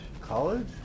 College